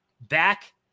back